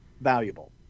valuable